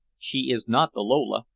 she is not the lola,